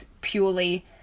purely